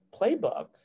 playbook